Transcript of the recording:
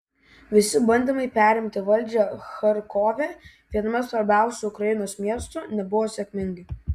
visi bandymai perimti valdžią charkove viename svarbiausių ukrainos miestų nebuvo sėkmingi